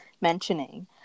mentioning